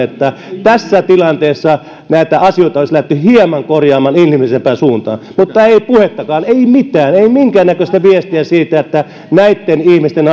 että tässä tilanteessa näitä asioita olisi lähdetty korjaamaan hieman inhimillisempään suuntaan mutta ei puhettakaan ei mitään ei minkään näköistä viestiä siitä että näitten ihmisten